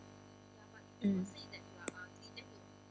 mm